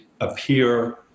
appear